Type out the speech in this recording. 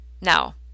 now